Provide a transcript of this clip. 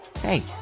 Hey